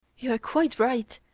you are quite right.